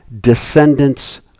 descendants